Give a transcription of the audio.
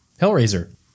Hellraiser